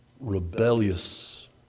rebellious